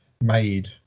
made